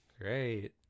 great